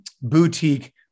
boutique